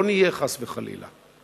לא נהיה, חס וחלילה.